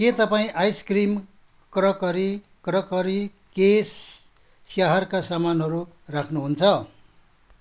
के तपाईँ ice cream crockery crockery case स्याहारका सामानहरू राख्नुहुन्छ